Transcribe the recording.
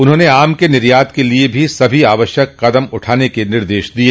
उन्होंने आम के निर्यात के लिए सभी आवश्यक कदम उठाने के निर्देश भी दिये